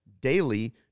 daily